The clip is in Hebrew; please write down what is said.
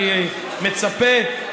אני מצפה,